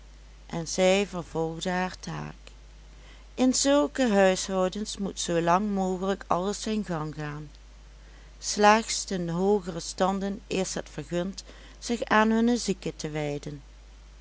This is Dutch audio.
en zij vervolgde haar taak in zulke huishoudens moet zoolang mogelijk alles zijn gang gaan slechts den hoogeren standen is het vergund zich aan hunne zieken te wijden